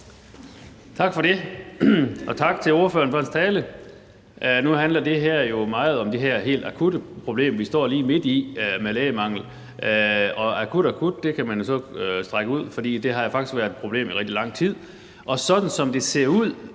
Tak for det, og tak til ordføreren for talen. Nu handler det her jo meget om det helt akutte problem, vi står lige midt i, med lægemangel. Og begrebet akut kan man så strække ud, for det har faktisk været et problem i rigtig lang tid. Sådan som det ser ud